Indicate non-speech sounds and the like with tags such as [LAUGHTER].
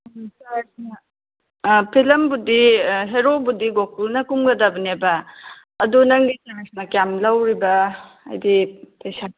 [UNINTELLIGIBLE] ꯑꯥ ꯐꯤꯂꯝꯕꯨꯗꯤ ꯍꯦꯔꯣꯕꯨꯗꯤ ꯒꯣꯀꯨꯜꯅ ꯀꯨꯝꯒꯗꯕꯅꯦꯕ ꯑꯗꯣ ꯅꯪꯒꯤ ꯆꯥꯔꯁꯅ ꯀꯌꯥꯝ ꯂꯧꯔꯤꯕ ꯍꯥꯏꯕꯗꯤ ꯄꯩꯁꯥ